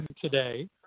today